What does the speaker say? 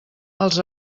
els